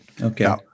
Okay